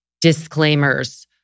disclaimers